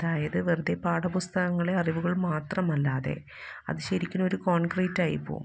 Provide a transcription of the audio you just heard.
അതായത് വെറുതെ പാഠപുസ്തകങ്ങളെ അറിവുകള് മാത്രമല്ലാതെ അത് ശരിക്കനും ഒരു കോണ്ക്രീറ്റ് ആയി പോകും